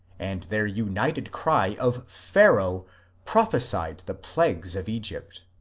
and their united cry of pharaoh prophesied the plagues of egjrpt.